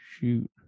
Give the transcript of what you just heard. shoot